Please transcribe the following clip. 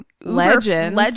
Legends